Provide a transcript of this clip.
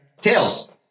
Tails